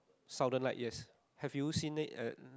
southern light yes have you seen it uh